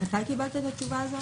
מתי קיבלת את התשובה הזאת?